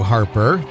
Harper